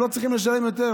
הם לא צריכים לשלם יותר.